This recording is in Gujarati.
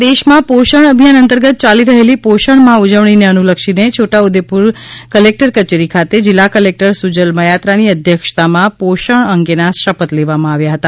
સમગ્ર દેશમાં પોષણ અભિયાન અંતર્ગત યાલી રહેલી પોષણ માહ ઉજવણીને અનુલક્ષીને છોટાઉદેપુર કલેકટર કચેરી ખાતે જીલ્લા કલેકટર સુજલ મયાત્રાની અધ્યક્ષતામાં પોષણ શપથ લેવામાં આવ્યા હતા